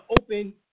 open